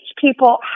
people